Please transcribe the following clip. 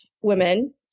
women